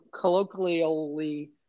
Colloquially